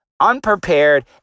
unprepared